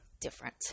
different